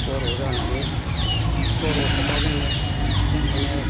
बर' जानानै बर' खोथाजोंनो जों अनेख